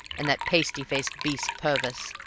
and that pasty-faced beast purvis.